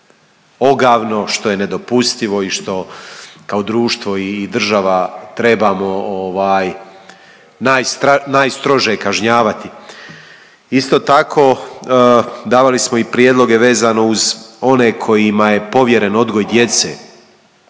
ogavno, što je nedopustivo i što kao društvo i država trebamo najstrože kažnjavati. Isto tako, davali smo i prijedloge vezano uz one kojima je povjeren odgoj djece,